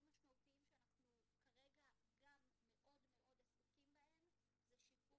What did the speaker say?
משמעותיים שאנחנו כרגע גם מאוד עסוקים בהם זה שיפור